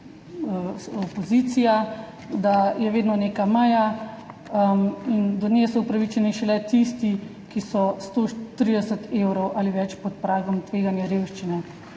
da je vedno neka meja in do nje so upravičeni šele tisti, ki so 130 evrov ali več pod pragom tveganja revščine.